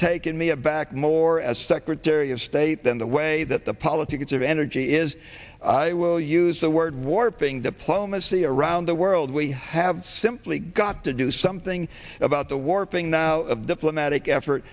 taken me aback more as secretary of state than the way that the politics of energy is i will use the word warping diplomacy around the world we have simply got to do something about the warping now of diplomatic effort